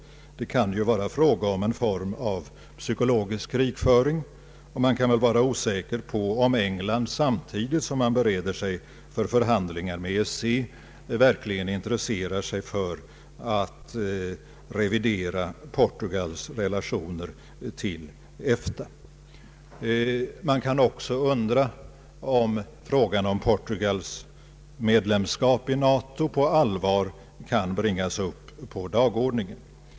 Det kan ju vara fråga om en form av psykologisk krigföring, och man kan vara osäker på om England samtidigt som man bereder sig för förhandlingar med EEC verkligen intresserar sig för att revidera Portugals relationer till EFTA. Man kan också undra om frågan om Portugals medlemskap i NATO på allvar kan föras upp på dagordningen.